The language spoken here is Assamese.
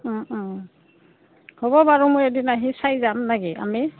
হ'ব বাৰু মই এদিন আহি চাই যাম নাকি আমি